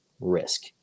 risk